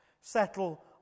settle